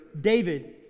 David